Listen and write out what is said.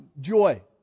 joy